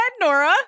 Nora